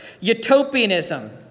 utopianism